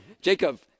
Jacob